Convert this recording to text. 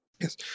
Yes